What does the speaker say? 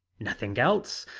nothing else.